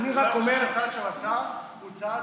אולי הוא חושב שהצעד שהוא עשה הוא צעד